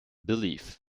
believe